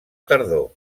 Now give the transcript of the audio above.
tardor